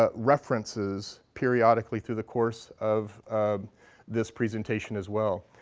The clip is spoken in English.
ah references periodically through the course of this presentation as well.